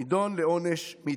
יידון לעונש מיתה.